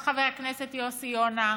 גם חבר הכנסת יוסי יונה,